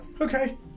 okay